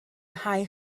nghae